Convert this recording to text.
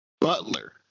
Butler